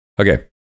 Okay